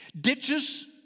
Ditches